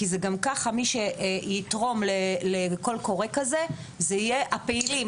כי גם ככה מי שיתרום לקול קורא כזה זה יהיה הפעילים